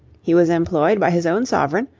he was employed by his own sovereign,